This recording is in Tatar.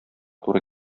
туры